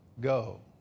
go